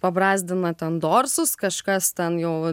pabrazdina ten dorsus kažkas ten jau